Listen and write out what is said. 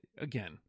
again